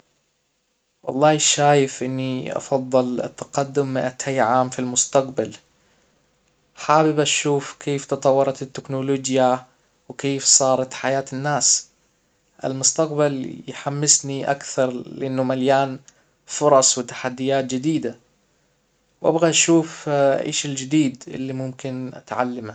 والله شايف اني افضل التقدم مئتي عام في المستقبل حابب اشوف كيف تطورت التكنولوجيا وكيف صارت حياة الناس المستقبل يحمسني اكثر لانه مليان فرص وتحديات جديدة وابغى اشوف ايش الجديد اللي ممكن اتعلمه